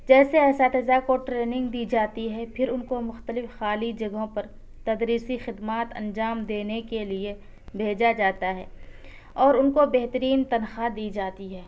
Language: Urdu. جیسے اساتذہ کو ٹریننگ دی جاتی ہے پھر ان کو مختلف خالی جگہوں پر تدریسی خدمات انجام دینے کے لیے بھیجا جاتا ہے اور ان کو بہترین تنخواہ دی جاتی ہے